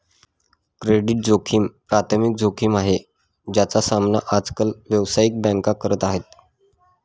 credit जोखिम प्राथमिक जोखिम आहे, ज्याचा सामना आज काल व्यावसायिक बँका करत आहेत